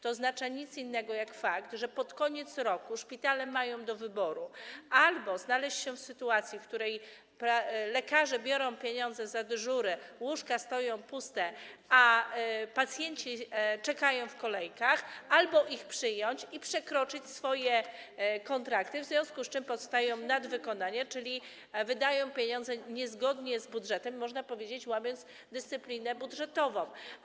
To oznacza nic innego jak fakt, że pod koniec roku szpitale mają wybór: albo mogą znaleźć się w sytuacji, w której lekarze biorą pieniądze za dyżury, łóżka stoją puste, a pacjenci czekają w kolejkach, albo mogą ich przyjąć i przekroczyć swoje kontrakty - w związku z czym powstają nadwykonania - czyli wydać pieniądze niezgodnie z budżetem, można powiedzieć, łamiąc dyscypliną budżetową.